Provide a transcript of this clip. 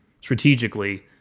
strategically